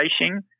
racing